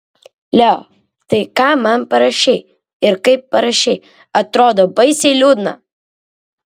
leo tai ką man parašei ir kaip parašei atrodo baisiai liūdna